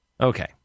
Okay